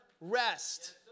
rest